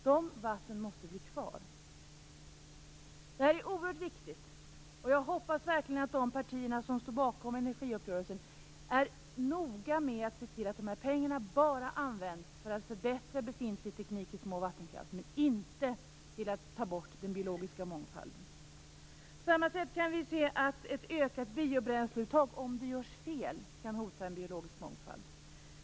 Dessa vatten måste bli kvar. Detta är oerhört viktigt. Jag hoppas verkligen att de partier som står bakom energiuppgörelsen är noga med att se till att de här pengarna bara används för att förbättra befintlig teknik i småskalig vattenkraft, inte till att ta bort den biologiska mångfalden. På samma sätt kan vi se att ett ökat biobränsleuttag om det görs fel kan hota den biologiska mångfalden.